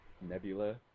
Nebula